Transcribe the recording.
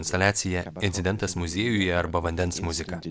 instaliacija incidentas muziejuje arba vandens muzika